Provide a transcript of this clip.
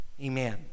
amen